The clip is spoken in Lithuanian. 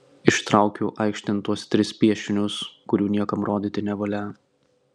ištraukiu aikštėn tuos tris piešinius kurių niekam rodyti nevalia